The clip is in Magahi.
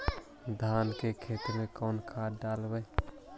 धान के खेत में कौन खाद डालबै?